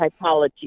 typology